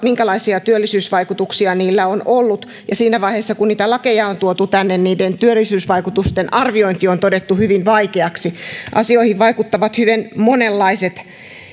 minkälaisia työllisyysvaikutuksia näillä uudistuksilla on ollut ja siinä vaiheessa kun niitä lakeja on tuotu tänne niiden työllisyysvaikutusten arviointi on on todettu hyvin vaikeaksi asioihin vaikuttavat hyvin monenlaiset